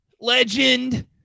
Legend